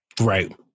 right